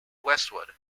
westward